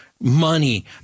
money